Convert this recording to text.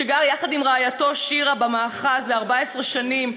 שגר יחד עם רעייתו שירה במאחז זה 14 שנים,